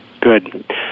Good